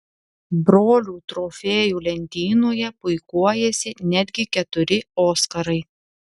brolių trofėjų lentynoje puikuojasi netgi keturi oskarai